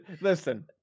listen